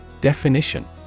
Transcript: Definition